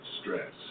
stress